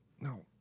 No